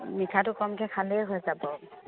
মিঠাটো কমকৈ খালেই হৈ যাব